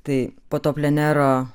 tai po to plenero